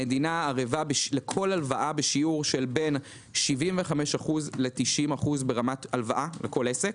המדינה ערבה לכל הלוואה בשיעור בין 75% ל-90% ברמת הלוואה לכל עסק.